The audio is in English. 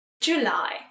July